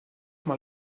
mal